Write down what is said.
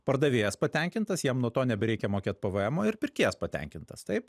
pardavėjas patenkintas jam nuo to nebereikia mokėt pvemo ir pirkėjas patenkintas taip